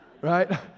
Right